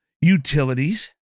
utilities